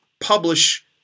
publish